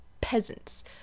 Peasants